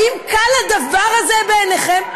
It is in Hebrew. האם קל הדבר הזה בעיניכם?